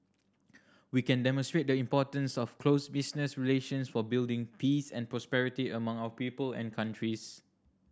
we can demonstrate the importance of close business relations for building peace and prosperity among our people and countries